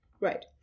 right